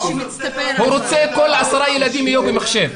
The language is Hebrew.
הוא רוצה שכל עשרה ילדים יהיו על מחשב.